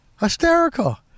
Hysterical